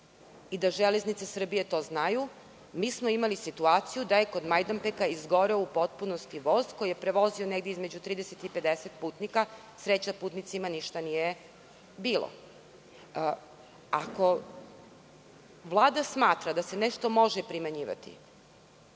i da „Železnice Srbije“ to znaju, mi smo imali situaciju da je kog Majdanpeka izgoreo u potpunosti voz koji je prevozi negde između 30 i 50 putnika. Sreća putnicima ništa nije bilo. Ako Vlada smatra da se nešto može primenjivati,